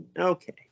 Okay